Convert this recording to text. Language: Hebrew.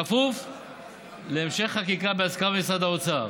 בכפוף להמשך חקיקה בהסכמת משרד האוצר.